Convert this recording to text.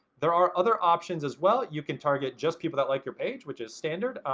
there are other options as well. you can target just people that like your page which is standard.